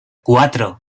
cuatro